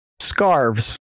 scarves